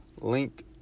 Link